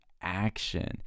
action